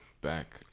back